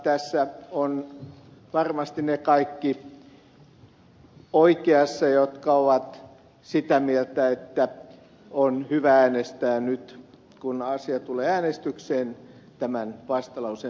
tässä ovat varmasti kaikki ne oikeassa jotka ovat sitä mieltä että on hyvä äänestää nyt kun asia tulee äänestykseen tämän vastalauseen puolesta